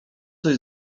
coś